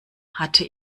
hatte